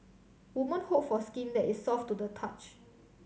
woman hope for skin that is soft to the touch